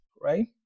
right